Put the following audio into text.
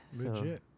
Legit